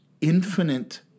infinite